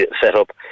set-up